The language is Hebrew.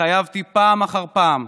התחייבתי פעם אחר פעם,